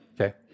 Okay